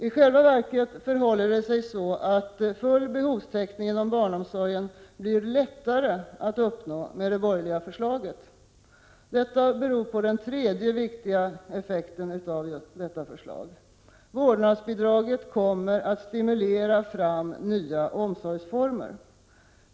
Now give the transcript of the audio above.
I själva verket förhåller det sig så, att full behovstäckning inom barnomsorgen blir lättare att uppnå med det borgerliga förslaget. Detta beror på den tredje viktiga effekten av detta förslag. Vårdnadsbidraget kommer att stimulera fram nya omsorgsformer.